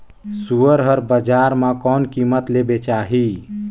सुअर हर बजार मां कोन कीमत ले बेचाही?